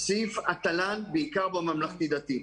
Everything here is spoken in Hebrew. סעיף התל"ן, בעיקר בממלכתי דתי.